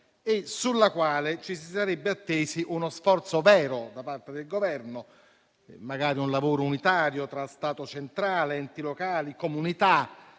e sulla quale ci si sarebbe attesi uno sforzo vero da parte del Governo, con un lavoro magari unitario tra Stato centrale, enti locali, comunità,